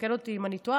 תקן אותי אם אני טועה,